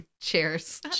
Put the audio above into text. Cheers